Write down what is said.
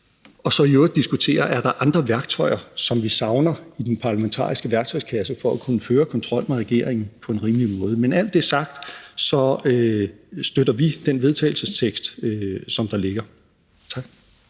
og så i øvrigt diskutere, om der er andre værktøjer, som vi savner i den parlamentariske værktøjskasse for at kunne føre kontrol med regeringen på en rimelig måde? Men med alt det sagt støtter vi den vedtagelsestekst, der ligger. Tak.